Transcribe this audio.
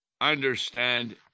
understand